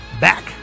back